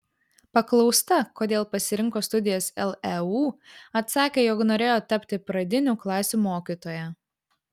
paklausta kodėl pasirinko studijas leu atsakė jog norėjo tapti pradinių klasių mokytoja